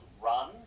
Run